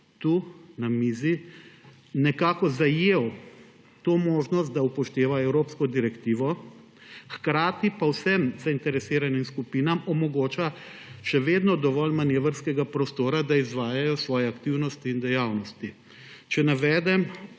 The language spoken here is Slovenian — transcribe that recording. tukaj na mizi, nekako zajel to možnost, da upošteva evropsko direktivo, hkrati pa vsem zainteresiranim skupinam omogoča še vedno dovolj manevrskega prostora, da izvajajo svoje aktivnosti in dejavnosti. Temeljni